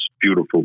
beautiful